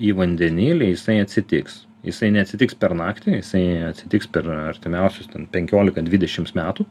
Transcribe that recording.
į vandenilį jisai atsitiks jisai neatsitiks per naktį jisai atsitiks per artimiausius penkiolika dvidešims metų